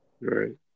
right